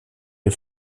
les